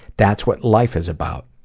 that's what life is about.